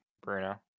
Bruno